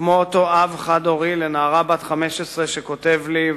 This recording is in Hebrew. כמו אותו אב חד-הורי לנערה בת 15 שכותב לי: